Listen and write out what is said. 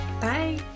Bye